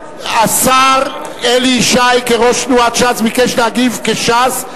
השר אלי ישי כראש תנועת ש"ס ביקש להגיב כש"ס,